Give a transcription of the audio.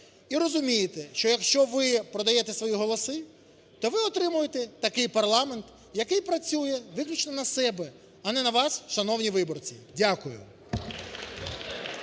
І розумійте, що, якщо ви продаєте свої голоси, то ви отримуєте такий парламент, який працює виключно на себе, а не на вас, шановні виборці. Дякую.